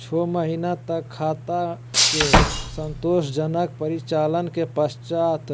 छो महीना तक खाता के संतोषजनक परिचालन के पश्चात